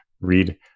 read